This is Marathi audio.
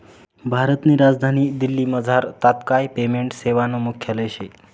भारतनी राजधानी दिल्लीमझार तात्काय पेमेंट सेवानं मुख्यालय शे